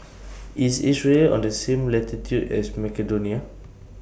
IS Israel on The same latitude as Macedonia